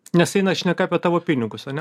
nes eina šneka apie tavo pinigus ane